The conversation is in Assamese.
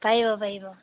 পাৰিব পাৰিব